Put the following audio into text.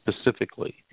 specifically